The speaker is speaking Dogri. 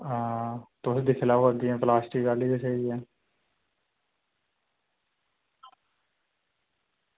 तुस दिक्खी लैओ अग्गें प्लास्टिक आह्ली गै स्हेई ऐ